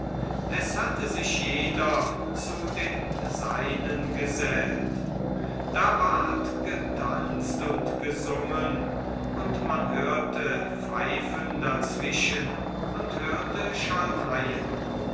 es hatte sich jeder zu den seinen gesellt da ward getanzt und gesungen und man hörte pfeifen dazwischen und hörte schalmeien